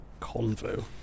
Convo